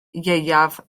ieuaf